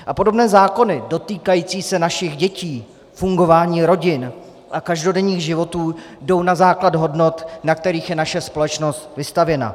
A podobné zákony dotýkající se našich dětí, fungování rodin a každodenních životů, jdou na základ hodnot, na kterých je naše společnost vystavěna.